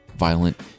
...violent